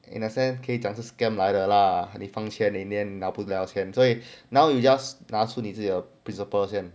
in a sense 可以讲是 scam 来的 lah 你放钱里面拿不到钱所以 now you just 拿出你自己 principal 先